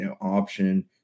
option